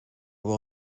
will